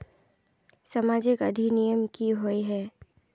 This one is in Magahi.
सामाजिक अधिनियम की होय है?